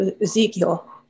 Ezekiel